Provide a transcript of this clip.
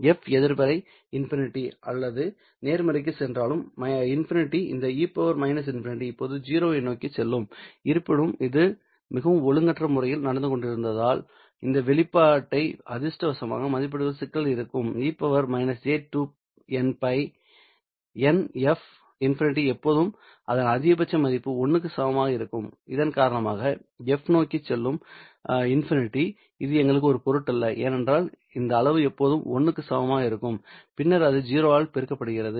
F எதிர்மறை ∞ அல்லது நேர்மறைக்குச் சென்றாலும் ∞ இந்த e ∞ எப்போதும் 0 ஐ நோக்கிச் செல்லும் இருப்பினும் இது மிகவும் ஒழுங்கற்ற முறையில் நடந்து கொண்டிருந்தால் இந்த வெளிப்பாட்டை அதிர்ஷ்டவசமாக மதிப்பிடுவதில் சிக்கல் இருந்திருக்கும் e− 2 πf∞ எப்போதும் அதன் அதிகபட்ச மதிப்பு 1 க்கு சமமாக இருக்கும் இதன் காரணமாக f நோக்கிச் செல்லும்போது ∞ இது எங்களுக்கு ஒரு பொருட்டல்ல ஏனென்றால் இந்த அளவு எப்போதும் 1 க்கு சமமாக இருக்கும் பின்னர் அது 0 ஆல் பெருக்கப்படுகிறது